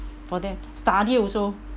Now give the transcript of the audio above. for their study also